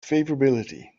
favorability